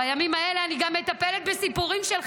בימים האלה אני גם מטפלת בסיפורים של חיילים,